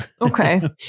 okay